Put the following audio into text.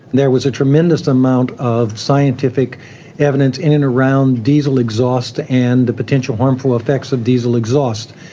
there was a tremendous amount of scientific evidence in and around diesel exhaust and the potential harmful effects of diesel exhaust.